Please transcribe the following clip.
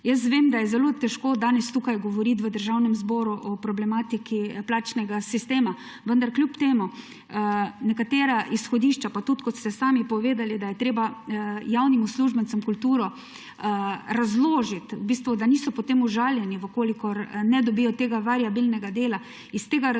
Jaz vem, da je zelo težko danes v Državnem zboru govoriti o problematiki plačnega sistema. Vendar kljub temu, nekatera izhodišča, pa tudi kot ste sami povedali, da je treba javnim uslužbencem v bistvu razložiti kulturo, da niso potem užaljeni, če ne dobijo tega variabilnega dela, iz tega razloga